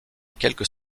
quelques